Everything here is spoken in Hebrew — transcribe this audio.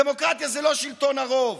דמוקרטיה זה לא שלטון הרוב,